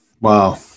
Wow